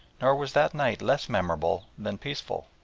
nor was that night less memorable than peaceful,